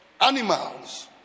Animals